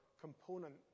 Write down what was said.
component